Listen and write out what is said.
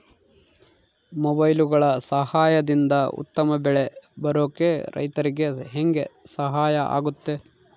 ಮೊಬೈಲುಗಳ ಸಹಾಯದಿಂದ ಉತ್ತಮ ಬೆಳೆ ಬರೋಕೆ ರೈತರಿಗೆ ಹೆಂಗೆ ಸಹಾಯ ಆಗುತ್ತೆ?